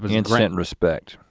but instant respect,